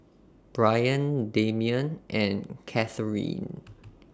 Bryan Damian and Katharine